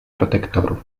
protektorów